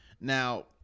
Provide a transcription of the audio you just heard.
now